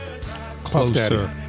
Closer